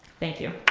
thank you.